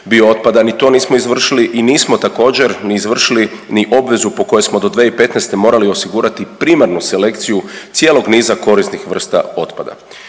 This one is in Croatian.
bio otpada, ni to nismo izvršili. I nismo također ni izvršili i obvezu po kojoj smo do 2015. morali osigurati primarnu selekciju cijelog niza korisnih vrsta otpada.